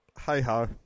hey-ho